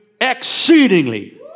exceedingly